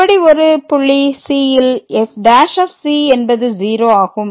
அப்படி ஒரு புள்ளி cல் f' என்பது 0 ஆகும்